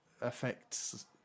affects